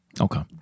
Okay